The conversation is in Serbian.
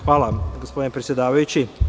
Hvala, gospodine predsedavajući.